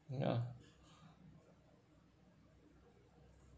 ya